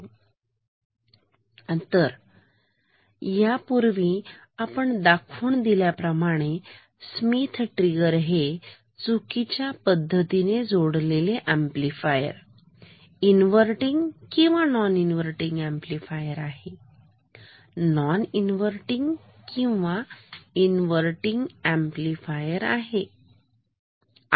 तर यापूर्वी आपण दाखवून दिल्याप्रमाणे स्मिथ ट्रिगर हे चुकीच्या पद्धतीने जोडलेले अंपलिफायर इन्वर्तींग किंवा नॉन इन्वर्तींग अंपलिफायर आहे नॉन इन्वर्तींग किंवा इन्वर्तींग अंपलिफायर आहे